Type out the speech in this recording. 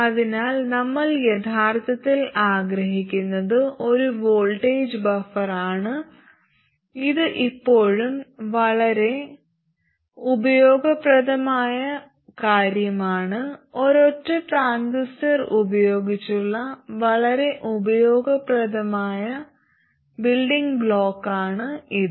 അതിനാൽ നമ്മൾ യഥാർത്ഥത്തിൽ ആഗ്രഹിക്കുന്നത് ഒരു വോൾട്ടേജ് ബഫറാണ് ഇത് ഇപ്പോഴും വളരെ ഉപയോഗപ്രദമായ കാര്യമാണ് ഒരൊറ്റ ട്രാൻസിസ്റ്റർ ഉപയോഗിച്ചുള്ള വളരെ ഉപയോഗപ്രദമായ ബിൽഡിംഗ് ബ്ലോക്കാണ് ഇത്